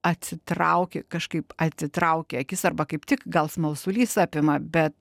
atsitrauki kažkaip atitrauki akis arba kaip tik gal smalsulys apima bet